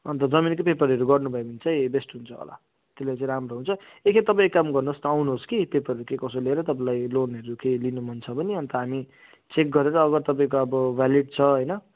अन्त जमिनकै पेपरहरू गर्नुभयो भने चाहिँ बेस्ट हुन्छ होला त्यसले चाहिँ राम्रो हुन्छ एकखेप तपाईँ एक काम गर्नुहोस् आउनुहोस् कि पेपरहरू के कसो लिएर तपाईँलाई लोनहरू केही लिनु मन छ भने अन्त हामी चेक गरेर अब तपाईँको अब भेलिड छ होइन